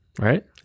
Right